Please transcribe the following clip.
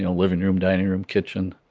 you know living room, dining room, kitchen.